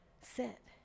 sit